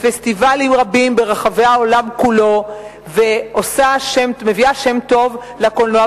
בפסטיבלים רבים ברחבי העולם כולו ומביא שם טוב לקולנוע.